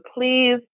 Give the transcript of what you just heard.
please